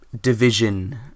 division